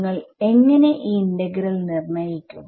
നിങ്ങൾ എങ്ങനെ ഈ ഇന്റഗ്രൽനിർണ്ണായിക്കും